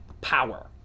power